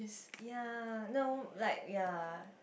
ya no like ya